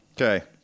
Okay